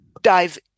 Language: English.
dive